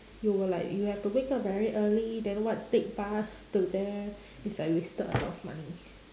you will like you have to wake up very early then what take bus to there it's like wasted a lot of money